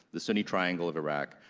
the sunni triangle of iraq.